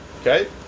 Okay